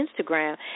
Instagram